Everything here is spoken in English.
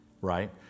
right